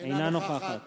אינה נוכחת